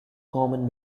common